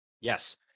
yes